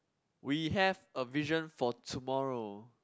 we have a vision for tomorrow